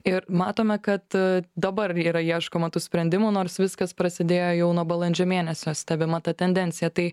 ir matome kad dabar yra ieškoma tų sprendimų nors viskas prasidėjo jau nuo balandžio mėnesio stebima ta tendencija tai